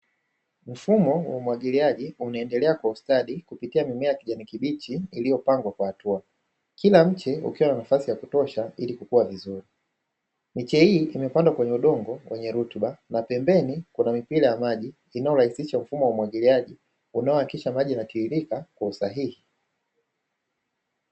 Mfumo wa umwagiliaji unavyoonekana kwa ustadi kupitia mimea ya kijani kibichi iliyopangwa kwa hatua, kila mche ukiwa na nafasi ya kutosha ili kukua vizuri. Miche hii imepandwa kwenye udongo wenye rutuba, na pembeni kuna mipira ya maji inayorahisisha mfumo wa umwagiliaji unaohakikisha maji yanatiririka kwa usahihi.